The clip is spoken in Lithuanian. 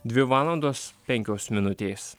dvi valandos penkios minutės